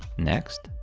next,